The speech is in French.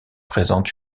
présentent